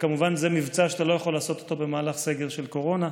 כמובן שזה מבצע שאתה לא יכול לעשות אותו במהלך סגר של קורונה,